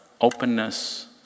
openness